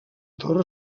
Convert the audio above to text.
torre